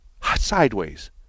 Sideways